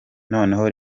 noneho